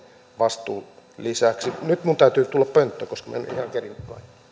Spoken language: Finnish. vastuun lisäksi nyt minun täytyy tulla pönttöön koska minä en ihan kerinnyt kaikkea